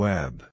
Web